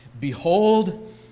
Behold